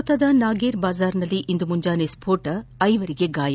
ಕೋಲ್ಕತ್ತಾದ ನಾಗೇರ್ ಬಾಜಾರ್ನಲ್ಲಿ ಇಂದು ಮುಂಜಾನೆ ಸ್ತೋಟ ಐವರಿಗೆ ಗಾಯ